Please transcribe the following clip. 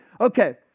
Okay